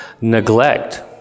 neglect